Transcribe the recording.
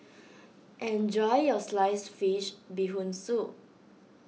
enjoy your Sliced Fish Bee Hoon Soup